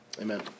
Amen